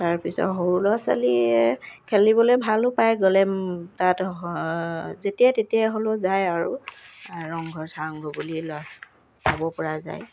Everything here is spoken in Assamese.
তাৰপিছত সৰু ল'ৰা ছোৱালীয়ে খেলিবলে ভালো পায় গ'লে তাত যেতিয়াই তেতিয়া হ'লেও যায় আৰু ৰংঘৰ বুলিয়ে চাব পৰা যায়